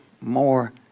more